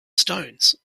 stones